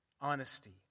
honesty